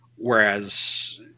Whereas